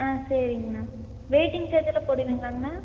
ஆ சரிங்கண்ணா வெயிட்டிங் சார்ஜ்லாம் போடுவிங்களாங்கண்ணா